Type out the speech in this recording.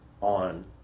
on